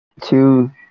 two